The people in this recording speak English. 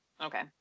Okay